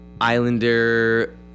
Islander